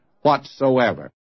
whatsoever